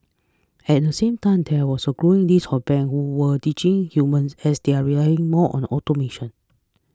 at the same time there was a growing list of banks who are ditching humans as they rely more on automation